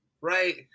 right